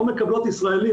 לא מקבלות ישראלים,